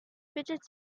fidget